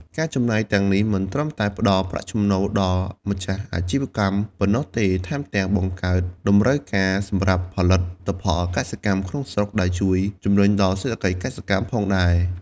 ការចំណាយទាំងនេះមិនត្រឹមតែផ្ដល់ប្រាក់ចំណូលដល់ម្ចាស់អាជីវកម្មប៉ុណ្ណោះទេ ថែមទាំងបង្កើតតម្រូវការសម្រាប់ផលិតផលកសិកម្មក្នុងស្រុក ដែលជួយជំរុញដល់សេដ្ឋកិច្ចកសិកម្មផងដែរ។